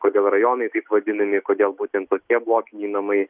kodėl rajonai taip vadinami kodėl būtent tokie blokiniai namai